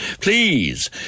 Please